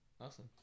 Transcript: Awesome